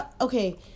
Okay